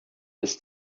ist